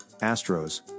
Astros